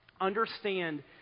understand